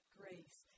grace